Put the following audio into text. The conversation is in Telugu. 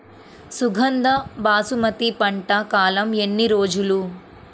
సుగంధ బాసుమతి పంట కాలం ఎన్ని రోజులు?